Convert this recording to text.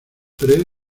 pre